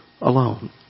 alone